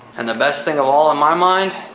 and the best thing of all, in my mind,